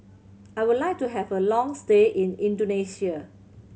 I would like to have a long stay in Indonesia